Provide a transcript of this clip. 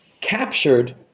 captured